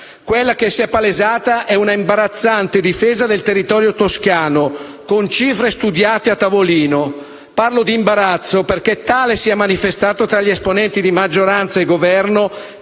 Quella che si è palesata è un'imbarazzante difesa del territorio toscano, con cifre studiate a tavolino! Parlo di imbarazzo, perché tale si è manifestato tra gli esponenti di maggioranza e Governo,